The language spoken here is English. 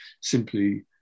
simply